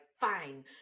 fine